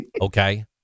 okay